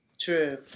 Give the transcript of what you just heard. True